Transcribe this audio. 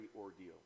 ordeal